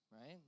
right